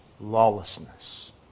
lawlessness